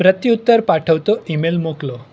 પ્રત્યુત્તર પાઠવતો ઇમેલ મોકલો